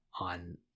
on